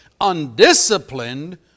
undisciplined